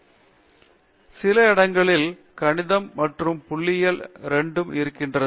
பேராசிரியர் அரிந்தமா சிங் சில இடங்களில் கணிதம் மற்றும் புள்ளியியல் இரண்டும் இருக்கின்றது